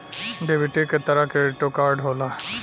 डेबिटे क तरह क्रेडिटो कार्ड होला